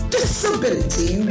Disability